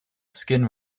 skin